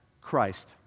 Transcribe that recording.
Christ